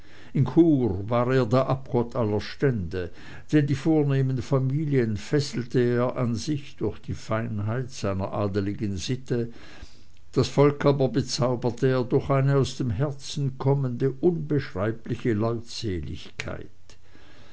war er der abgott aller stände denn die vornehmen familien fesselte er an sich durch die feinheit seiner adeligen sitte das volk aber bezauberte er durch eine aus dem herzen kommende unbeschreibliche